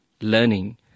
learning